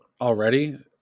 already